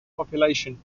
population